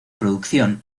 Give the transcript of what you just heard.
producción